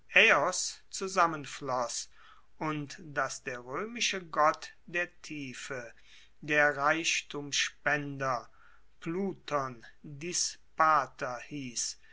zusammenfloss und dass der roemische gott der tiefe der reichtumspender pluton dis